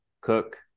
Cook